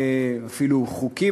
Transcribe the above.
ואפילו את כל החוקים,